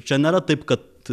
čia nėra taip kad